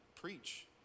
preach